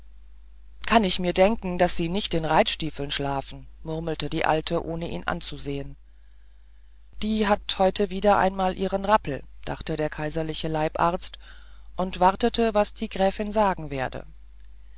kann ich mir denken daß sie nicht in reitstiefeln schlafen murmelte die alte ohne ihn anzusehen die hat heute wieder mal ihren rappel dachte der kaiserliche leibarzt und wartete was die gräfin sagen werde